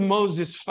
Moses